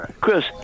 Chris